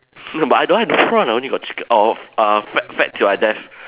no but I don't have prawn I only got chicken oh oh uh fat fat till I death